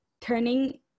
turning